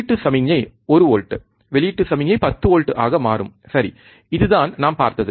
உள்ளீட்டு சமிக்ஞை 1 வோல்ட் வெளியீட்டு சமிக்ஞை 10 வோல்ட் ஆக மாறும் சரி இதுதான் நாம் பார்த்தது